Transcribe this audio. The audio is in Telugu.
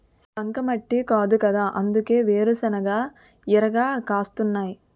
బంకమట్టి కాదుకదా అందుకే వేరుశెనగ ఇరగ కాస్తున్నాయ్